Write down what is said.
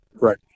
Right